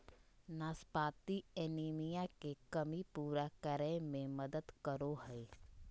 नाशपाती एनीमिया के कमी पूरा करै में मदद करो हइ